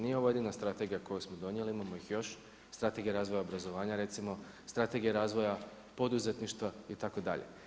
Nije ovo jedina strategija koju smo donijeli, imamo ih još, Strategija razvoja obrazovanja recimo, Strategija razvoja poduzetništva itd.